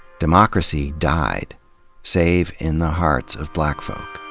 democracy died save in the hearts of black folk.